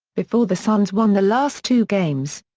before the suns won the last two games.